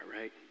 right